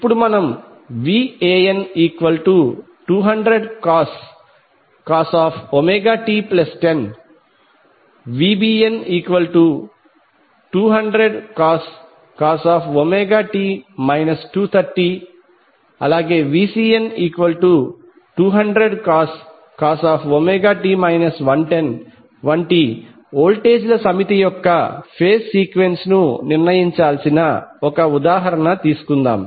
ఇప్పుడు మనము van200cos ωt10 vbn200cos ωt 230 vcn200cos ωt 110 వంటి వోల్టేజ్ల సమితి యొక్క ఫేజ్ సీక్వెన్స్ ను నిర్ణయించాల్సిన ఒక ఉదాహరణ తీసుకుందాం